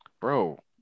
Bro